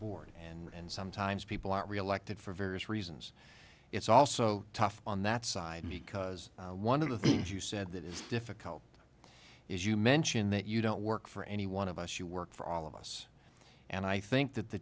board and sometimes people aren't reelected for various reasons it's also tough on that side because one of the things you said that is difficult is you mention that you don't work for any one of us you work for all of us and i think that the